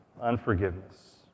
Unforgiveness